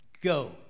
go